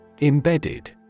Embedded